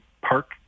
park